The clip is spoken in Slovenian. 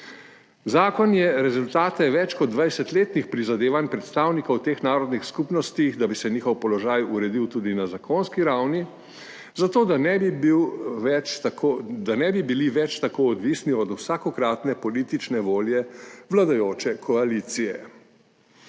Zakon je rezultat več kot 20-letnih prizadevanj predstavnikov teh narodnih skupnosti, da bi se njihov položaj uredil tudi na zakonski ravni, zato da ne bi bili več tako odvisni od vsakokratne politične volje vladajoče koalicije.